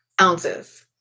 ounces